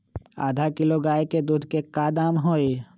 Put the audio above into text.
आधा किलो गाय के दूध के का दाम होई?